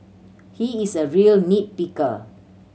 he is a real nit picker